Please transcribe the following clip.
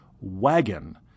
wagon